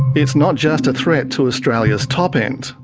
it's not just a threat to australia's top end.